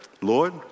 Lord